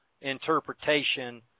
interpretation